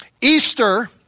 Easter